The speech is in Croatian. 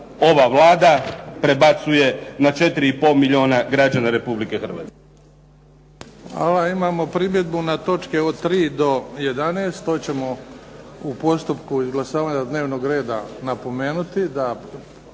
ova Vlada, prebacuje na 4 i pol milijuna građana Republike Hrvatske.